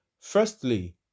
Firstly